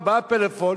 ארבעה פלאפונים,